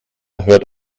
hört